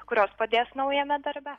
kurios padės naujame darbe